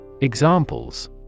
Examples